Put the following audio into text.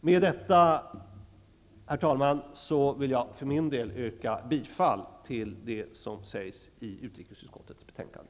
Med detta, herr talman, vill jag för min del yrka bifall till utskottets hemställan i betänkandet.